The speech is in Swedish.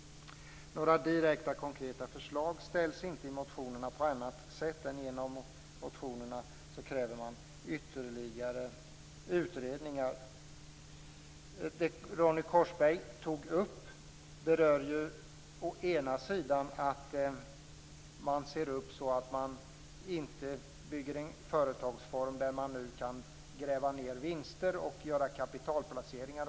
Några direkta konkreta förslag läggs inte fram i motionerna på annat sätt än att ytterligare utredningar krävs. Det Ronny Korsberg tog upp har att göra med att det gäller att se upp så att detta inte blir en företagsform där det blir möjligt att gräva ned vinster och göra kapitalplaceringar.